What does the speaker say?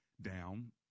down